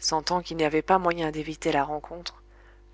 sentant qu'il n'y avait pas moyen d'éviter la rencontre